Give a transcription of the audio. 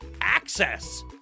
Access